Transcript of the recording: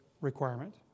requirement